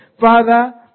Father